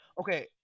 Okay